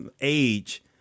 age